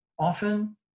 Often